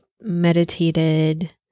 meditated